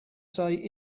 say